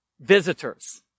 visitors